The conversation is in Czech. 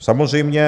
Samozřejmě...